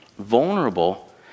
vulnerable